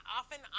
often